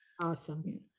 awesome